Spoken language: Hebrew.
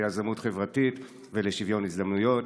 ליזמות חברתית ולשוויון הזדמנויות.